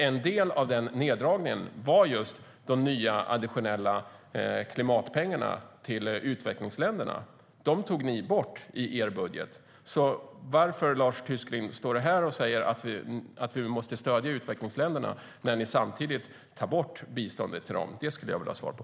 En del av den neddragningen var just de nya, additionella klimatpengarna till utvecklingsländerna. Dem tog ni bort i er budget. Varför, Lars Tysklind, står du här och säger att vi måste stödja utvecklingsländerna när ni samtidigt tar bort biståndet till dem? Det skulle jag vilja ha svar på.